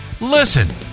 Listen